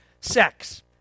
Sex